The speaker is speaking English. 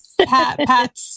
Pat